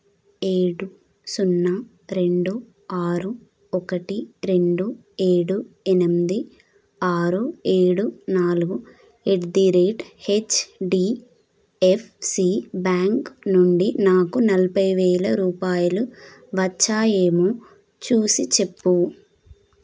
ఏడు సున్నా రెండు ఆరు ఒకటి రెండు ఏడు ఎనమిది ఆరు ఏడు నాలుగు at the rate HDFC bank నుండి నాకు నలభై వేల రూపాయలు వచ్చాయేమో చూసి చెప్పు